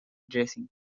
dressing